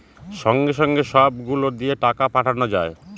সঙ্গে সঙ্গে সব গুলো দিয়ে টাকা পাঠানো যায়